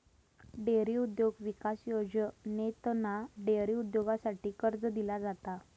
dairy उद्योग विकास योजनेतना डेअरी उद्योगासाठी कर्ज दिला जाता